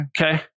Okay